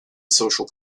social